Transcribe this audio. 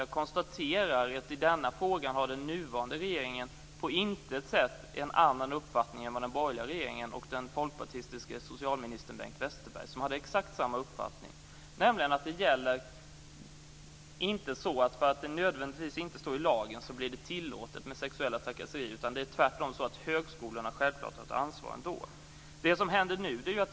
Jag konstaterar att i denna fråga har den nuvarande regeringen på intet sätt en annan uppfattning än vad den borgerliga regeringen och den folkpartistiske socialministern Bengt Westerberg hade. De hade exakt samma uppfattning, nämligen att sexuella trakasserier nödvändigtvis inte blir tillåtna därför att det inte står något annat i lagen. Tvärtom har högskolorna självfallet ett ansvar i alla fall.